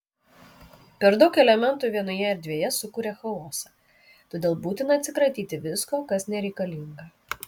per daug elementų vienoje erdvėje sukuria chaosą todėl būtina atsikratyti visko kas nereikalinga